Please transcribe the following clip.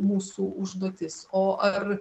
mūsų užduotis o ar